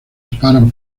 separan